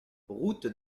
route